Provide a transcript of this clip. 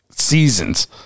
seasons